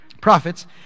Prophets